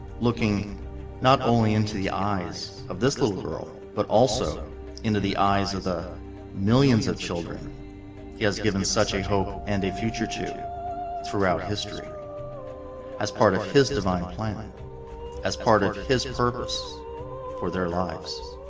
looking not only into the eyes of this little girl, but also into the eyes of the millions of children he has given such a hope and a future throughout history as part of his divine planning as part of his his purpose for their lives